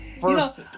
first